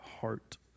heart